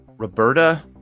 Roberta